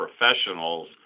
professionals